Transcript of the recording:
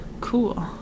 Cool